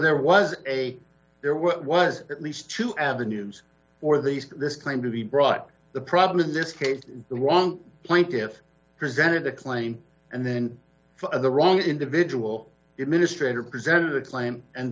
there was a there was at least two avenues for these this claim to be brought the problem in this case the wrong plaintiffs presented a claim and then for the wrong individual administrator presented a claim and